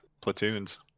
platoons